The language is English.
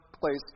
place